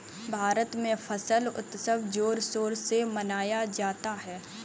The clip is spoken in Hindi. भारत में फसल उत्सव जोर शोर से मनाया जाता है